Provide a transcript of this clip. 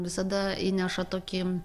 visada įneša tokį